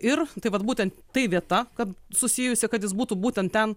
ir tai vat būtent tai vieta kad susijusi kad jis būtų būtent ten